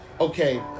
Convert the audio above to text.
Okay